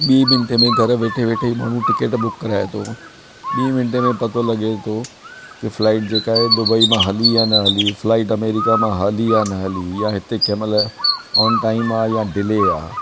ॿी मिंटे में घरु वेठे ई माण्हू टिकेट बुक कराए थो ॿी मिंटे में पतो लॻे थो कि फ्लाइट जेका ए दुबई मां हली आ न हली फ्लाइट अमेरिका मां हली आहे न हली या हिते कंहिं महिल ऑन टाइम आहे या डिले आहे